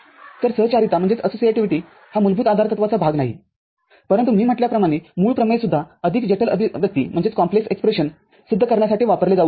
तर सहचारिताहा मूलभूत आधारतत्वाचा भाग नाहीपरंतु मी म्हटल्याप्रमाणे मूळ प्रमेय सुद्धा अधिक जटिल अभिव्यक्ती सिद्ध करण्यासाठी वापरले जाऊ शकते